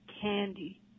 candy